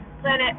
planet